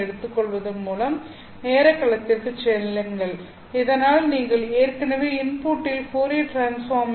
எடுத்துக்கொள்வதன் மூலம் நேரக் களத்திற்குச் செல்லுங்கள் இதனால் நீங்கள் ஏற்கனவே இன்புட்ட்டில் ஃபோரியர் டிரான்ஸ்பார்ம் ஐ